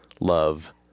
love